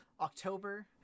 October